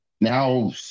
Now